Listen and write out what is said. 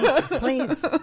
Please